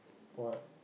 for what